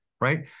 right